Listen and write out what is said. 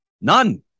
None